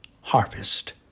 harvest